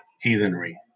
heathenry